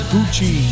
Gucci